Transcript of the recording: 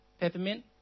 peppermint